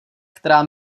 která